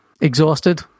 exhausted